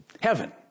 Heaven